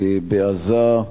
בעזה,